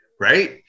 Right